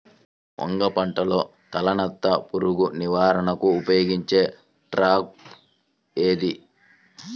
వంగ పంటలో తలనత్త పురుగు నివారణకు ఉపయోగించే ట్రాప్ ఏది?